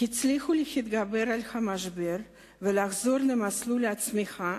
הצליחו להתגבר על המשבר ולחזור למסלול הצמיחה